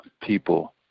people